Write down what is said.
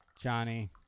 Johnny